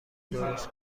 درست